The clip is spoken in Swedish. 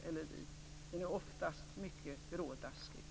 Den är oftast mycket grådaskig.